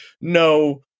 no